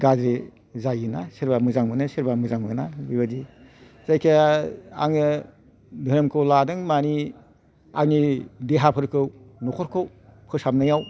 गाज्रि जायो ना सोरबा मोजां मोनो सोरबा मोजां मोना बेबायदि जायखिया आङो धोरोमखौ लादों मानि आंनि देहाफोरखौ न'खरखौ फोसाबनायाव